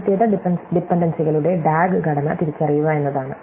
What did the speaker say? ആദ്യത്തേത് ഡിപൻഡൻസികളുടെ DAG ഘടന തിരിച്ചറിയുക എന്നതാണ്